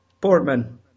Portman